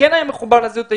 שכן היה מחובר לזהות היהודית,